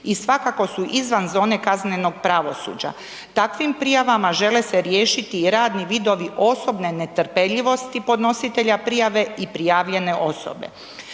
i svakako su izvan zone kaznenog pravosuđa. Takvim prijava žele se riješiti radni vidovi osobne netrpeljivosti podnositelja prijava i prijavljene osobe.